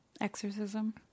exorcism